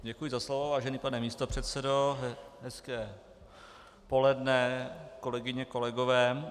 Děkuji za slovo, vážený pane místopředsedo, hezké poledne, kolegyně, kolegyně.